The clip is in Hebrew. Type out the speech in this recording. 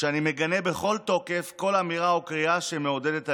שאני מגנה בכל תוקף כל אמירה או קריאה שמעודדת אלימות,